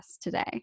today